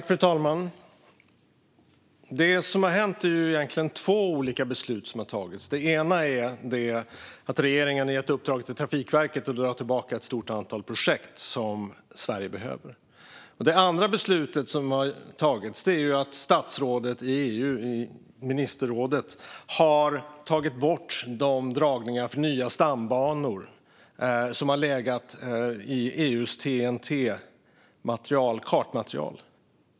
Fru talman! Det som har hänt är egentligen att två olika beslut har tagits. Det ena är att regeringen har gett Trafikverket i uppdrag att dra tillbaka ett stort antal projekt som Sverige behöver. Det andra är att statsrådet i EU:s ministerråd har tagit bort de dragningar för nya stambanor som har legat i EU:s TEN-T-material, det vill säga kartmaterial.